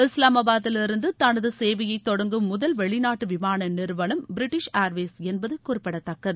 இஸ்லாபாத்திலிருந்து தனது சேவையை தொடங்கும் முதல் வெளிநாட்டு விமான நிறுவனம் பிரிட்டிஷ் ஏர்வேஸ் என்பது குறிப்பிடத்தக்கது